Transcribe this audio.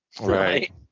Right